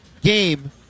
game